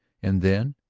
and then.